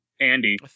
Andy